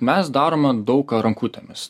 mes darome daug ką rankutėmis